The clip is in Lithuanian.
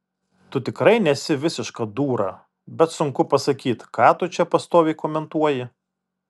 tu tikrai nesi visiška dūra bet sunku pasakyt ką tu čia pastoviai komentuoji